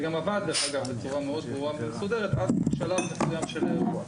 זה גם עבד בצורה מסודרת עד שלב מסוים של האירוע.